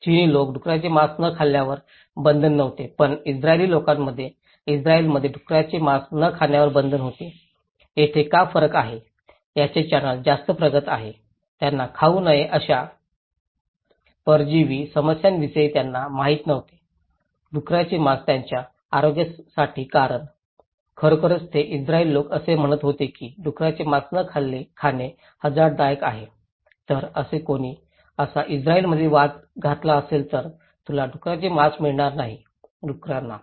चीनी लोक डुकराचे मांस न खाण्यावर बंधन नव्हते पण इस्रायली लोकांमध्ये इस्त्राईलमध्ये डुकराचे मांस न खाण्यावर बंधने होती तेथे का फरक आहे त्याचे चॅनेल जास्त प्रगत आहे त्यांना खाऊ नये अशा परजीवी समस्यांविषयी त्यांना माहित नव्हते डुकराचे मांस त्यांच्या आरोग्यासाठी कारण खरोखरच हेच इस्त्रायली लोक असे म्हणत होते की डुकराचे मांस न खाणे हझार्डदायक आहे तर असे कोणी असा इस्त्राईलमध्ये वाद घातला असेल तर तुला डुकराचे मांस मिळणार नाही डुकरांना